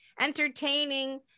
entertaining